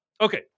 okay